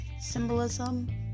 symbolism